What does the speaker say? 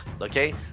okay